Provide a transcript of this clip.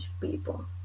people